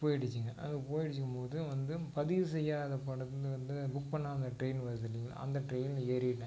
போய்டுச்சுங்க அது போய்டுச்சுங்கும் போது வந்து பதிவு செய்யாத வந்து புக் பண்ணாத ட்ரெயின் வருது இல்லைங்களா அந்த ட்ரெயினில் ஏறினேன்